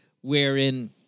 Wherein